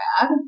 bad